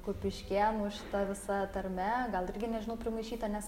kupiškėnų šita visa tarme gal irgi nežinau primaišyta nes